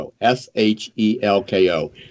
s-h-e-l-k-o